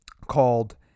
called